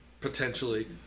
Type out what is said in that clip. potentially